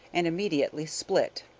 and immediately split.